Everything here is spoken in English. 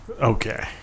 okay